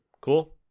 Cool